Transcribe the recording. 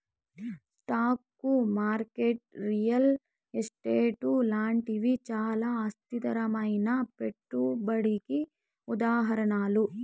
stock market real estate లాంటివి చానా అస్థిరమైనా పెట్టుబడికి ఉదాహరణలు